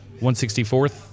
164th